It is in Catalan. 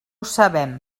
sabem